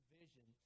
vision